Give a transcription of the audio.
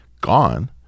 gone